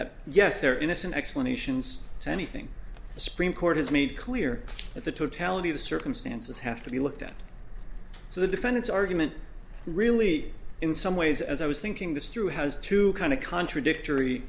that yes they're innocent explanations to anything the supreme court has made clear that the totality of the circumstances have to be looked at so the defendant's argument really in some ways as i was thinking this through has to kind of contradictory